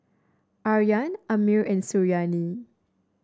Aryan Ammir and Suriani